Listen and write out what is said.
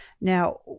Now